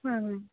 ಹಾಂ ಹಾಂ